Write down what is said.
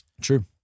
True